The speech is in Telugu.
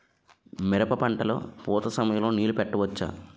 మిరప పంట లొ పూత సమయం లొ నీళ్ళు పెట్టవచ్చా?